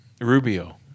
Rubio